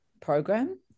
program